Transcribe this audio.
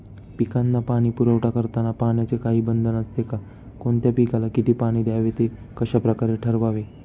पिकांना पाणी पुरवठा करताना पाण्याचे काही बंधन असते का? कोणत्या पिकाला किती पाणी द्यावे ते कशाप्रकारे ठरवावे?